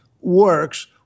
works